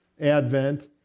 advent